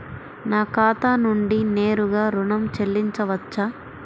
నా ఖాతా నుండి నేరుగా ఋణం చెల్లించవచ్చా?